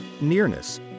Nearness